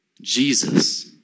Jesus